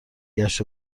گشت